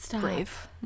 brave